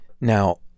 Now